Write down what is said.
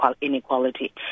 inequality